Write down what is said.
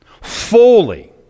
fully